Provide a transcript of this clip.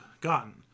gotten